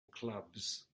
clubs